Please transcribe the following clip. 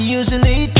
usually